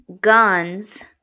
Guns